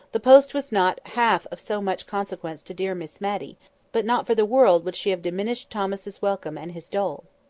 the post was not half of so much consequence to dear miss matty but not for the world would she have diminished thomas's welcome and his dole,